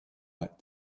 that